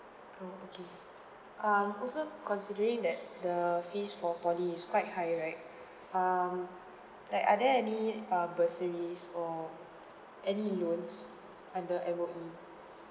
okay um also considering that the fees for poly is quite high right um like are there any uh bursaries or any loans under M_O_E